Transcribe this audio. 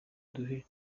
duhe